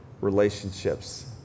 relationships